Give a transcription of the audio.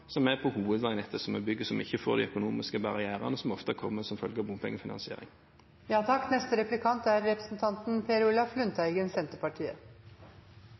på hovedveinettet som vi bygger, så vi ikke får de økonomiske barrierene som ofte kommer som følge av